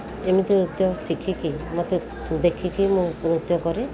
ଏମିତି ନୃତ୍ୟ ଶିଖିକି ମୋତେ ଦେଖିକି ମୁଁ ନୃତ୍ୟ କରେ